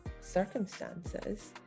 circumstances